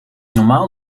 normaal